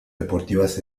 deportivas